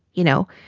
you know,